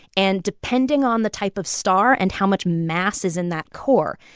and depending on the type of star and how much mass is in that core,